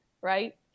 right